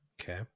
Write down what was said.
okay